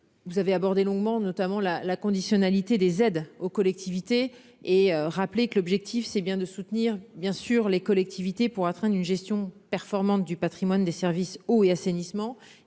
Vous avez abordé longuement notamment la la conditionnalité des aides aux collectivités et rappelé que l'objectif c'est bien de soutenir bien sûr les collectivités pour atteindre une gestion performante du Patrimoine des services eau et assainissement